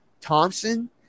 Thompson